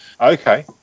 Okay